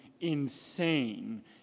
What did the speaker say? insane